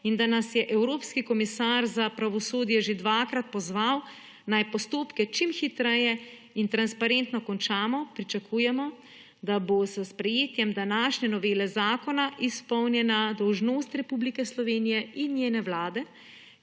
in da nas je evropski komisar za pravosodje že dvakrat pozval, naj postopke čim hitreje in transparentno končamo, pričakujemo, da bo s sprejetjem današnje novele zakona izpolnjena dolžnost Republike Slovenije in njene vlade,